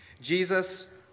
Jesus